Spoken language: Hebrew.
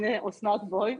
הנה אסנת לב ציון